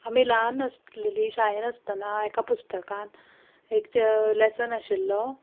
आमी ल्हान आसलेली शाळेन आसतना एका पुस्तकान एक लेसन आशिल्लो